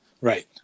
Right